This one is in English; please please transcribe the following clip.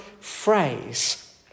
phrase